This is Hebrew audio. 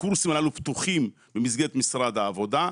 הקורסים האלה פתוחים במסגרת משרד העבודה.